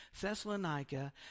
Thessalonica